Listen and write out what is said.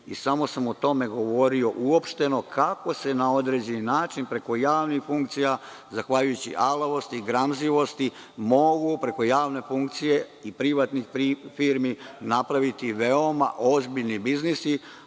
Samo sam o tome govorio uopšteno kako se na određen način preko javnih funkcija zahvaljujući alavosti, gramzivosti mogu preko javne funkcije i privatnih firmi napraviti veoma ozbiljni biznisi,